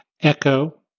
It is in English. echo